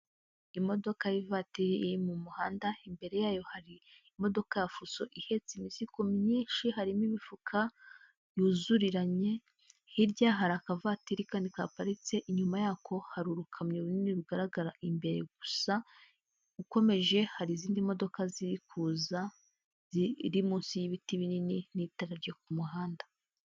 Imodoka y'ivatiri iri mu muhanda, imbere yayo hari imodoka ya fuso ihetse imizigo myinshi, harimo imifuka yuzuriranye hirya hari akavatiri kaini kaparitse, inyuma yako hari urukamyo runini rugaragara imbere gusa ukomeje hari izindi modoka zikuza ziri munsi y'ibiti binini n'itara ryo ku muhanda.